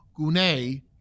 gunei